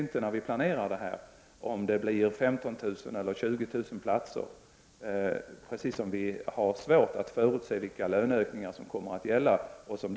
När vi planerar vet vi ju inte om det blir 15 000 eller 20 000 platser. Vi har också mycket svårt att förutse vilka löneökningar som kommer att ske.